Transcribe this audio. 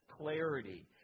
clarity